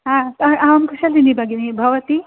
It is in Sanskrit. हा अहं कुशलिनी भगिनी भवती